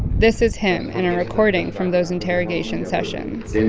this is him, in a recording from those interrogation sessions.